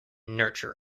nurture